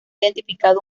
identificado